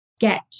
get